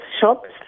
shops